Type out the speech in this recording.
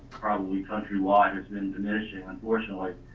probably countrywide, it's been diminishing unfortunately.